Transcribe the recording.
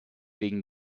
wegen